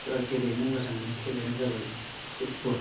बा गेलेनो मोजां मोननाय खेलायानो जाबाय फुटबल